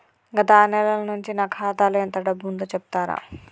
గత ఆరు నెలల నుంచి నా ఖాతా లో ఎంత డబ్బు ఉందో చెప్తరా?